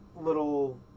little